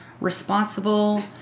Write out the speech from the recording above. responsible